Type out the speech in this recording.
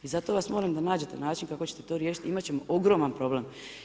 I zato vas molim da nađete način kako ćete to riješit, imat ćemo ogroman problem.